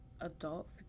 Adult